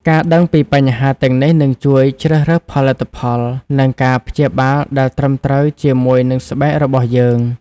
ការដឹងពីបញ្ហាទាំងនេះនឹងជួយជ្រើសរើសផលិតផល និងការព្យាបាលដែលត្រឹមត្រូវជាមួយនឹងស្បែករបស់យើង ។